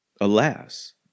Alas